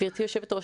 גבירתי היושבת ראש,